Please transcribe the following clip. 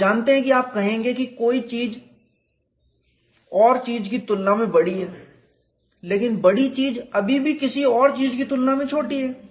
आप जानते हैं कि आप कहेंगे कि कोई चीज किसी और चीज की तुलना में बड़ी है लेकिन बड़ी चीज अभी भी किसी और चीज की तुलना में छोटी है